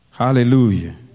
Hallelujah